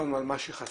דיברנו על מה שחסר,